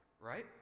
right